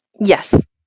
Yes